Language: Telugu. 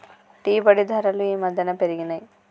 టీ పొడి ధరలు ఈ మధ్యన పెరిగినయ్